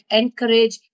encourage